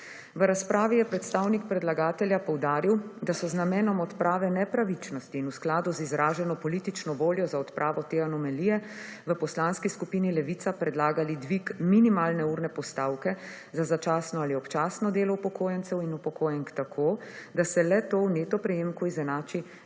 V razpravi je predstavnik predlagatelja poudaril, da so z namenom odprave nepravičnosti in v skladu z izraženo politično voljo za odpravo te anomalije v Poslanski skupini Levica predlagali dvig minimalne urne postavke za začasno ali občasno delo upokojencev in upokojenk tako, da se le-to v neto prejemku izenači